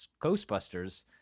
Ghostbusters